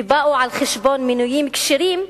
ובאו על חשבון מינויים כשירים,